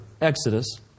Exodus